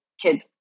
kids